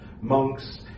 Monks